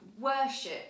worship